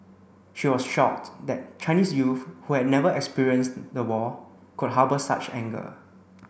she was shocked that Chinese youth who had never experienced the war could harbour such anger